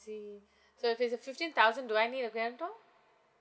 see so if it's a fifteen thousand do I need a guarantor